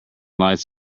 lights